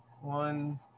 One